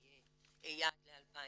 הוא יהיה יעד ל-2019.